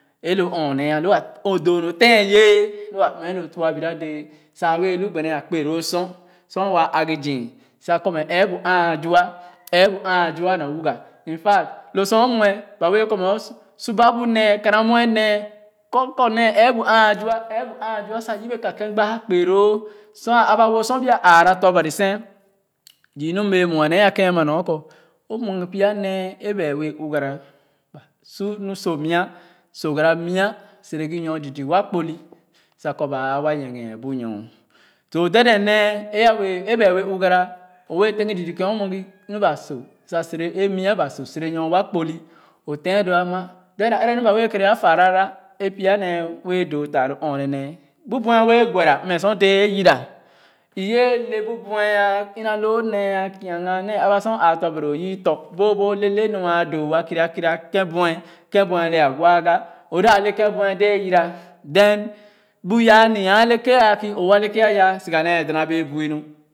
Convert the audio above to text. Elo ɔɔne lua o doo nu tèn yɛɛ lua mmɛ lo tuah biradɛɛ sa a wɛɛ lo gbene a kpè loo sor sor wa agih zü sa kɔ ɛɛbu ãã zua ɛɛbu ãã zua na wuga infactlo sor sor o mue ba wɛɛ kɔ mɛɛ su su ba bu nee kaana mue nee kɔkɔ nee ɛɛbu ãã zua ɛɛbu ãã zua sa yebe ka kèn gbaa kpé loo sua aba wo sor bia ãã tɔ̃ Bani sén ziinu m bee mue nee a kèn ama nor kɔ o mue ghe pya nee a bean wɛɛ lugara ba su nu sɔmya sɔ gara mya sere gih nɔr zii zii wa kpo-li sa ko ba ãã wa nyigèa bu-ɔɔ so dèden nee éah wɛɛ e ̄ ba e ̄ wɛɛ ɔɔ gara o wɛɛ ten gi h zii ke ̄n o mue gih nu ba sɔ sa sere a mya ba sɔ sere nyor wa kpoli o tẽ doo ama then ere nu ba wɛɛ ko a farara e ̄ pya nee wɛɛ doo taa lo ɔɔne nee bu bue wɛɛ kws̱ra mmɛ sor déé a yira e ̄ ye le bu buɛ eh a ina lo nee ɔ ̄ kii ga nee a ba sor o ãã tɔ̃ Bari o yii tɔ̃ boobo le nu aa doo wa kera kera ke ̍ buɛ ke ̍n buɛ dee yira (then) bu yaa nya-ale-ke ̄ ãã kii oò aleke ̄ yah siga nee e ̄ dana bee bui nu